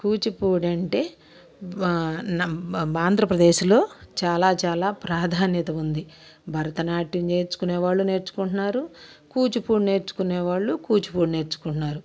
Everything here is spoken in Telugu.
కూచిపూడి అంటే ఆంధ్రప్రదేశ్లో చాలా చాలా ప్రాధాన్యత ఉంది భరతనాట్యం నేర్చుకునే వాళ్ళు నేర్చుకుంటున్నారు కూచిపూడి నేర్చుకునే వాళ్ళు కూచిపూడి నేర్చుకుంటున్నారు